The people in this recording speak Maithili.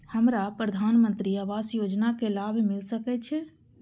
हमरा प्रधानमंत्री आवास योजना के लाभ मिल सके छे?